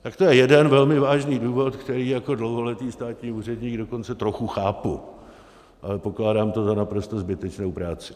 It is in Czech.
Tak to je jeden velmi vážný důvod, který jako dlouholetý státní úředník dokonce trochu chápu, ale pokládám to za naprostou zbytečnou práci.